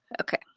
okay